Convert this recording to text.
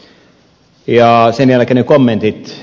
sen jälkeen ne kommentit